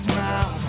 Smile